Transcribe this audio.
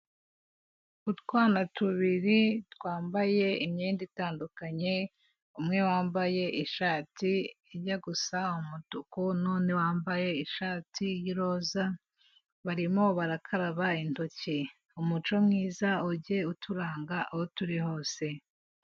Utwana tubiri twambaye imyenda itandukanye, umwe wambaye ishati ijya gusa umutuku nundi wambaye ishati y'iroza, barimo barakaraba intoki. Umuco mwiza ujye uturanga aho turi hose.